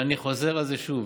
אני חוזר על זה שוב: